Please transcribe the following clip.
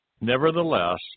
Nevertheless